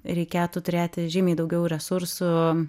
reikėtų turėti žymiai daugiau resursų